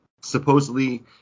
supposedly